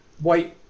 white